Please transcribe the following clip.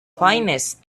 finest